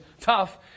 tough